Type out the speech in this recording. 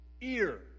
ear